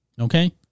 Okay